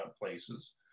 places